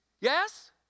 Yes